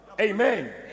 Amen